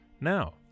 Now